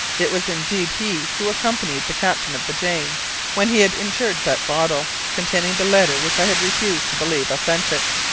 it was indeed he who accompanied the captain of the jane when he had interred that bottle, containing the letter which i had refused to believe authentic,